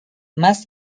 mass